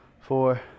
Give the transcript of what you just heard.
four